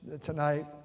Tonight